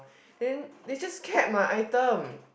then they just kept my item